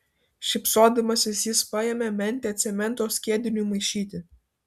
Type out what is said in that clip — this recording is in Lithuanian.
šypsodamasis jis paėmė mentę cemento skiediniui maišyti